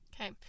okay